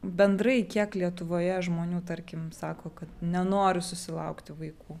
bendrai kiek lietuvoje žmonių tarkim sako kad nenori susilaukti vaikų